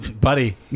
Buddy